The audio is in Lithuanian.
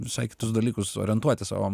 visai kitus dalykus orientuotis o